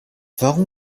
warum